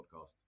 podcast